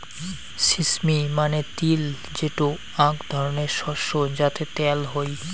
sesame মানে তিল যেটো আক ধরণের শস্য যাতে ত্যাল হই